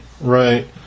right